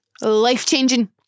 life-changing